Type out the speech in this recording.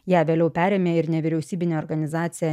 ją vėliau perėmė ir nevyriausybinė organizacija